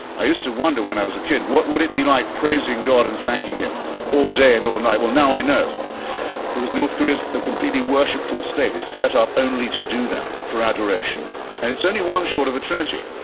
i used to wonder when i was a kid, what would it be like praising god and thanking him all day and all night? well, now i know because north korea is a completely worshipful state. it's set up only to do that, for adoration and it's only one short of a trinity.